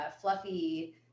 fluffy